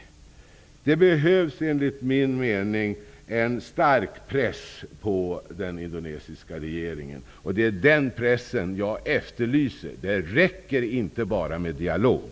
Det behövs enligt min mening en stark press på den indonesiska regeringen. Det är den pressen jag efterlyser. Det räcker inte med dialog.